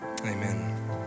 Amen